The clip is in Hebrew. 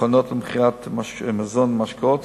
מכונות למכירת מזון ומשקאות.